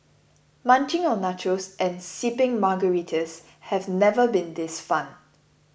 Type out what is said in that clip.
munching on nachos and sipping Margaritas have never been this fun